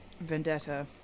Vendetta